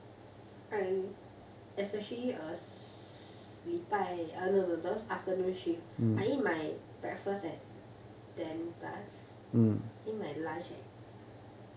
I especially a s~ 礼拜 err no no those afternoon shift I eat my breakfast at ten plus eat my lunch at